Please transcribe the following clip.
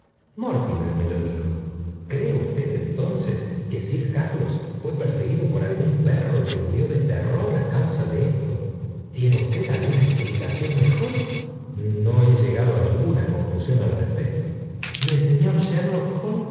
mortimer ne lo dijo cree usted entonces que sir carlos fué perseguido por algún perro y que murió de terror á causa de esto tiene usted alguna explicación mejor no he llegado á ninguna conclusión al pe y el señor sherlock